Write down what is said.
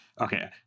Okay